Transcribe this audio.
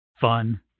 Fun